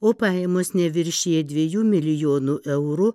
o pajamos neviršija dviejų milijonų eurų